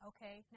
Okay